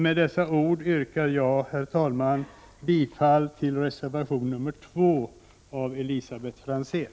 Med dessa ord yrkar jag bifall till reservation 2 av Elisabet Franzén.